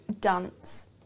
dance